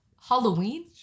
Halloween